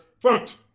Fucked